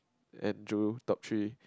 Andrew top three